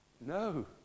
No